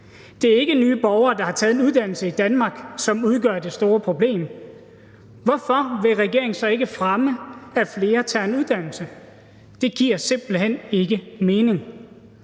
Det er ikke nye borgere, der har taget en uddannelse i Danmark, som udgør det store problem. Hvorfor vil regeringen så ikke fremme, at flere tager en uddannelse? Det giver simpelt hen ikke mening.